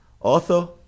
Author